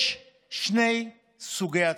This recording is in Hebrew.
יש שני סוגי עצמאים: